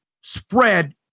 spread